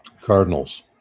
Cardinals